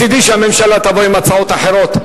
מצדי שהממשלה תבוא עם הצעות אחרות,